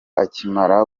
akimara